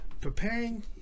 preparing